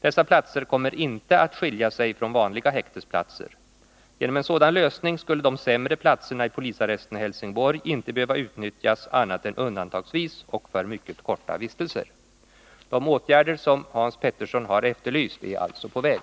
Dessa platser kommer inte att skilja sig från vanliga häktesplatser. Genom en sådan lösning skulle de sämre platserna i polisarresten i Helsingborg inte behöva utnyttjas annat än undantagsvis och för mycket korta vistelser. De åtgärder som Hans Petersson har efterlyst är alltså på väg.